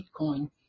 Bitcoin